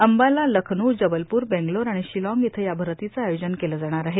अंबाला लखनौ जबलपूर बगलोर आर्माण र्शिलॉग इथं या भरतीचं आयोजन केलं जाणार आहे